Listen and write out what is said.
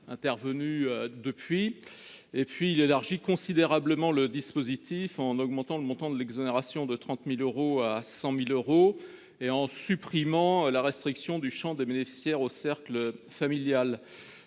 D'autre part, il vise à élargir considérablement le dispositif, en augmentant le montant de l'exonération de 30 000 euros à 100 000 euros et en supprimant la restriction du champ des bénéficiaires au cercle familial.